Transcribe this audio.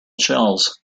shells